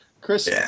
Chris